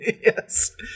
Yes